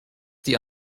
die